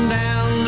down